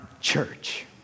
church